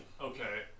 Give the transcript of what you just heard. Okay